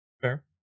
Fair